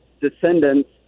descendants